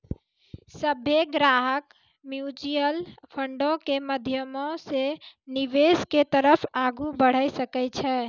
सभ्भे ग्राहक म्युचुअल फंडो के माध्यमो से निवेश के तरफ आगू बढ़ै सकै छै